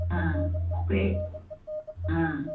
हा प्रे हा